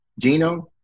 Gino